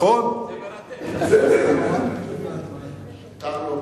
מותר לו.